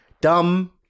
Dumb